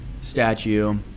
statue